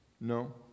No